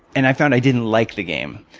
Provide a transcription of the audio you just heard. and i found i didn't like the game.